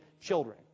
children